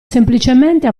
semplicemente